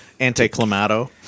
Anticlimato